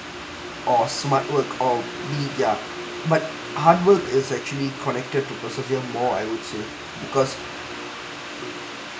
or smart work or ya but hard work is actually connected to persevere more I would say because